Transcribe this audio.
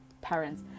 parents